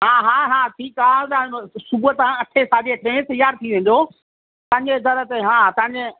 हा हा हा ठीकु आहे तव्हांजो सुबह तव्हां अठे साढी अठे तयार थी वेंजो तव्हांजे दरु ते हा तव्हांजे